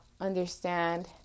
understand